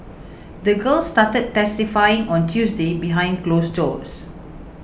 the girl started testifying on Tuesday behind closed doors